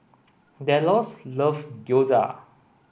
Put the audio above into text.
Delos love Gyoza